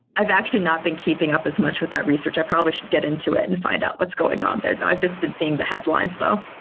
i've actually not been keeping up as much with that research. i probably should get into it and find out what's going on there though. i've just been seeing the headlines though.